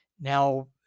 Now